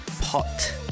Pot